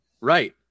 Right